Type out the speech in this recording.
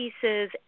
pieces